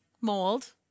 mold